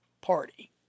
party